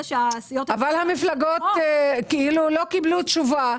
שהסיעות --- אבל המפלגות כאילו לא קיבלו תשובה,